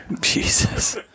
Jesus